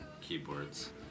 keyboards